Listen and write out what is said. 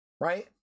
Right